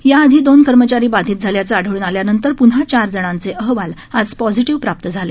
याआधी दोन कर्मचारी बाधित झाल्याचं आढळून आल्यानंतर पुन्हा चार जणांचे अहवाल आज पॉझिटिव्ह प्राप्त झाले